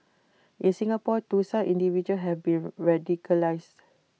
in Singapore too some individuals have been radicalised